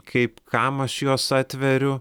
kaip kam aš juos atveriu